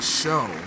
show